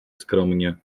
skromnie